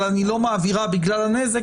אבל אני לא מעבירה בגלל הנזק.